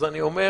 אז אני אומר,